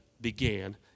began